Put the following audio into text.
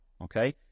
Okay